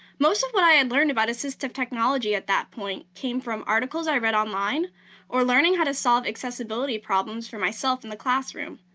most of what i had learned about assistive technology at that point came from articles i read online or learning how to solve accessibility problems for myself in the classroom.